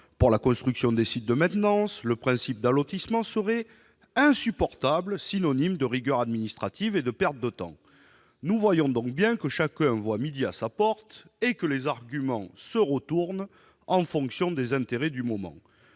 pour la construction des sites de maintenance, le principe de l'allotissement serait insupportable, car synonyme de rigorisme administratif et de perte de temps. Nous voyons donc bien que chacun voit midi à sa porte, et que les arguments se retournent en fonction des intérêts du moment.